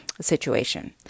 situation